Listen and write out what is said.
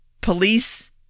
police